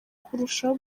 kurushaho